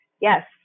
yes